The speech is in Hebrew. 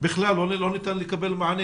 בכלל לא ניתן לקבל מענה,